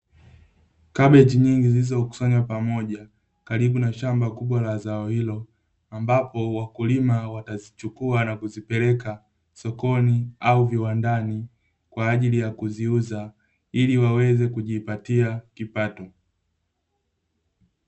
Kabeji nyingi zilizokusanywa pamoja, karibu na shamba kubwa la zao hilo ambapo wakulima watazichukua na kuzipeleka sokoni au viwandani kwa ajili ya kuziuza ili waweze kujipatia kipato.